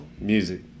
music